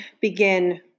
begin